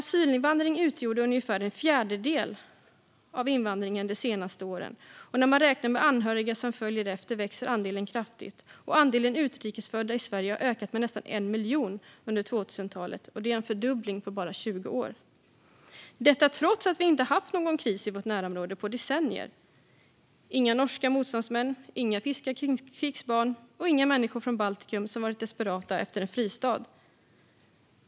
Asylinvandringen har utgjort ungefär en fjärdedel av invandringen de senaste åren. När man räknar med anhöriga som följer efter växer andelen kraftigt. Andelen utrikes födda i Sverige har ökat med nästan 1 miljon under 2000-talet. Det är en fördubbling på bara 20 år. Så har det blivit trots att vi inte har haft någon kris i vårt närområde på decennier. Det är inga norska motståndsmän, finska krigsbarn eller människor från Baltikum som är desperata i jakten efter en fristad.